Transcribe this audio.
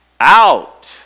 Out